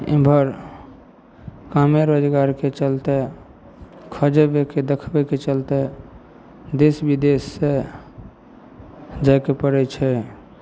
एमहर कामे रोजगारके चलते खोजबैके देखबैके चलते देश विदेशसे जाइके पड़य छै